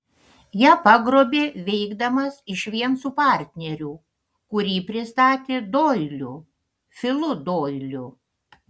ją pagrobė veikdamas išvien su partneriu kurį pristatė doiliu filu doiliu